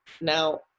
Now